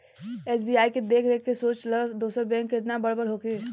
SBI के देख के सोच ल दोसर बैंक केतना बड़ बड़ होखी